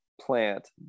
plant